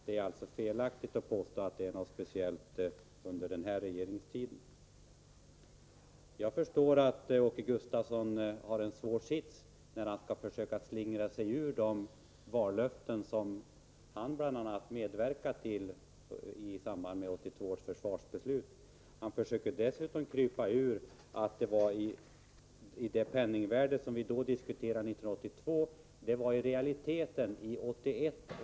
Det är alltså felaktigt att påstå att detta är något som speciellt skulle utmärka den här regeringen. Jag förstår att Åke Gustavsson har en svår sits när han skall försöka slingra sig ifrån de vallöften som bl.a. han medverkade till i samband med 1982 års försvarsbeslut. Han försöker dessutom krypa ifrån det faktum att det i realiteten gällde 1981 års penningvärde när vi diskuterade detta 1982.